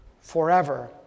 forever